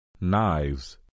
knives